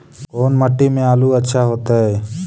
कोन मट्टी में आलु अच्छा होतै?